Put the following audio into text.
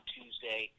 Tuesday